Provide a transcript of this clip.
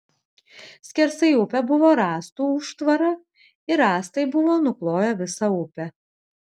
skersai upę buvo rąstų užtvara ir rąstai buvo nukloję visą upę